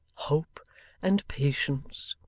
hope and patience